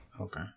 Okay